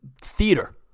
theater